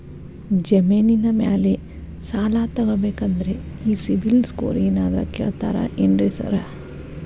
ಜಮೇನಿನ ಮ್ಯಾಲೆ ಸಾಲ ತಗಬೇಕಂದ್ರೆ ಈ ಸಿಬಿಲ್ ಸ್ಕೋರ್ ಏನಾದ್ರ ಕೇಳ್ತಾರ್ ಏನ್ರಿ ಸಾರ್?